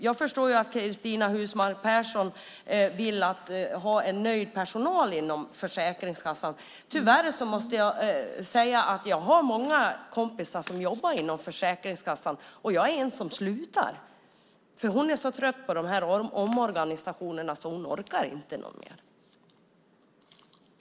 Jag förstår att Cristina Husmark Pehrsson vill ha en nöjd personal vid Försäkringskassan. Jag har kompisar som jobbar inom Försäkringskassan, och tyvärr måste jag säga att en av dem nu slutar eftersom hon är trött på alla dessa omorganisationer. Hon orkar inte längre.